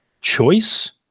choice